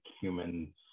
humans